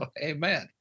Amen